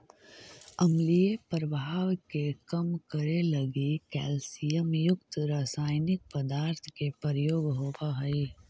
अम्लीय प्रभाव के कम करे लगी कैल्सियम युक्त रसायनिक पदार्थ के प्रयोग होवऽ हई